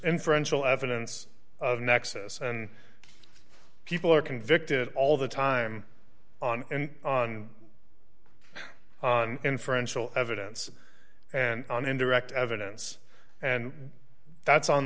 inferential evidence of nexus and people are convicted all the time on and on on inferential evidence and on indirect evidence and that's on